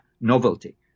novelty